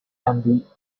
can